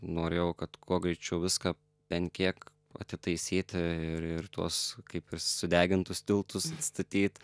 norėjau kad kuo greičiau viską bent kiek atitaisyti ir ir tuos kaip ir sudegintus tiltus atstatyt